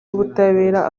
w’ubutabera